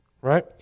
Right